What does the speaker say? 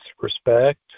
respect